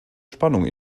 spannung